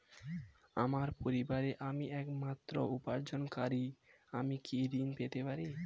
আমার পরিবারের আমি একমাত্র উপার্জনকারী আমি কি ঋণ পেতে পারি?